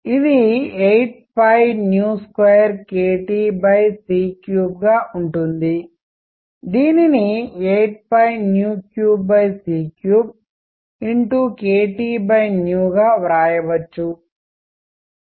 ఇది 82kTc3గా ఉంటుంది సరేనా దీనిని 83c3గా వ్రాయవచ్చు